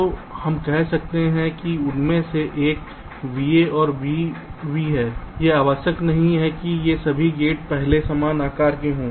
तो हम कहते हैं कि उनमें से एक VA और VB है यह आवश्यक नहीं है कि ये सभी गेट पहले समान आकार के हों